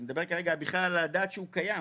אני מדבר על בכלל לדעת שהוא קיים.